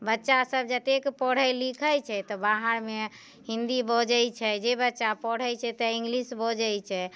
बच्चा सभ जतेक पढ़ैत लिखैत छै तऽ बाहरमे हिन्दी बजैत छै जे बच्चा पढ़ैत छै तऽ इंग्लिश बजैत छै